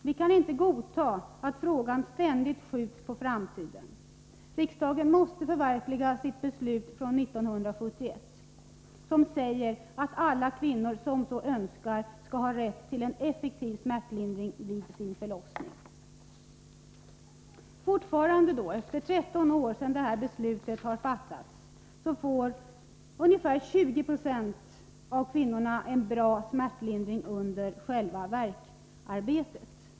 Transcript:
Vi kan inte godta att frågan ständigt skjuts på framtiden. Riksdagen måste förverkliga sitt beslut från 1971, som säger att alla kvinnor som så önskar skall ha rätt till en effektiv smärtlindring vid sin förlossning. 13 år efter det att beslutet fattades får bara ungefär 20 96 av kvinnorna en bra smärtlindring under själva värkarbetet.